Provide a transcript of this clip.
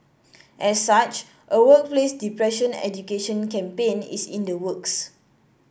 as such a workplace depression education campaign is in the works